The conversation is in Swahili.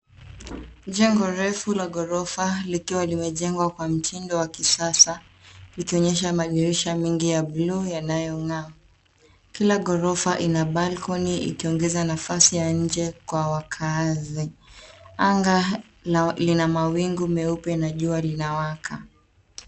Jengo refu la ghorofa likiwa limejengwa kwa mtindo wa kisasa ikionyesha madirisha mengi ya bluu yanayong'aa. Kila gorofa ina balcony ikiongeza nafasi ya nje kwa wakazi. Anga lina mawingu meupe na jua linawaka.